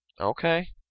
Okay